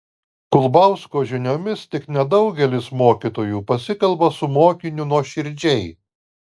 kulbausko žiniomis tik nedaugelis mokytojų pasikalba su mokiniu nuoširdžiai